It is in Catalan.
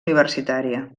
universitària